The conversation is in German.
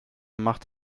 macht